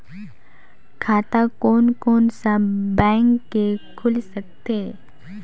खाता कोन कोन सा बैंक के खुल सकथे?